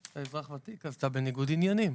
אם אתה אזרח ותיק אז אתה בניגוד עניינים.